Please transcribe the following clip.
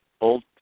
Old